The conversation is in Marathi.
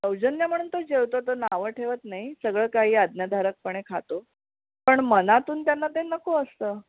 सौजन्य म्हणून तो जेवतो तो नावं ठेवत नाही सगळं काही आज्ञाधारकपणे खातो पण मनातून त्यांना ते नको असतं